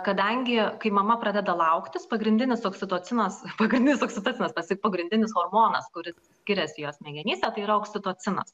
kadangi kai mama pradeda lauktis pagrindinis oksitocinas pagrindinis oksitocinas tas juk pagrindinis hormonas kuris skiriasi jo smegenyse tai yra oksitocinas